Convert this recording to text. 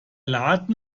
laden